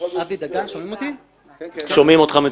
אבי דגן, רואה חשבון.